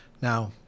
Now